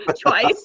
Twice